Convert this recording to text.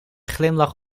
glimlach